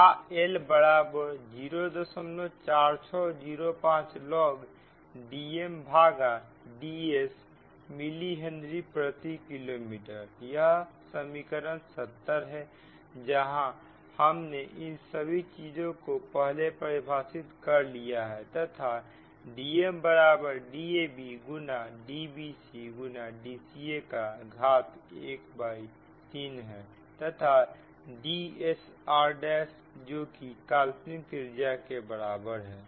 या L बराबर 04605 log Dmभागा Dsमिली हेनरी प्रति किलोमीटर यह समीकरण 70 है जहां हम ने इन सभी चीजों को पहले परिभाषित कर लिया है तथा Dmबराबर Dab गुना Dbcगुना Dca का घात ⅓ है तथा Dsr जोकि काल्पनिक त्रिज्या है के बराबर है